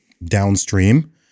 downstream